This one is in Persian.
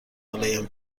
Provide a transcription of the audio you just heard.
ملایم